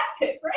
right